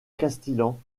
castillan